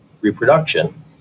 reproduction